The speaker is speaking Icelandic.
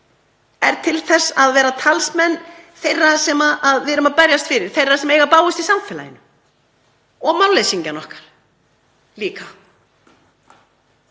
er til þess að vera talsmenn þeirra sem við erum að berjast fyrir sem eiga bágast í samfélaginu og málleysingjana okkar líka.